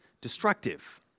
destructive